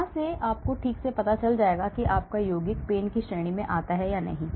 तो वहाँ से आपको ठीक से पता चल जाएगा कि आपका यौगिक PAIN की श्रेणी में आता है या नहीं